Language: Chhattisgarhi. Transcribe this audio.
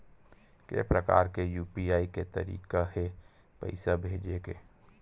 के प्रकार के यू.पी.आई के तरीका हे पईसा भेजे के?